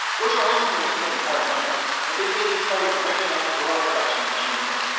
gaudreau hasn't released any hard numbers, but they say they started ramping up purell production in january,